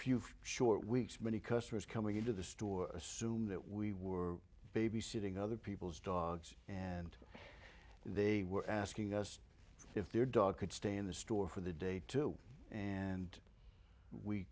few short weeks many customers coming into the store assume that we were babysitting other people's dogs and they were asking us if their dog could stay in the store for the day too and we